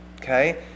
okay